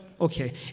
okay